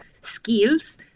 skills